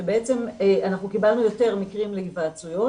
שבעצם אנחנו קיבלנו יותר מקרים להיוועצויות,